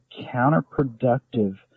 counterproductive